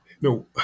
no